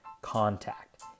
contact